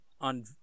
on